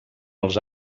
els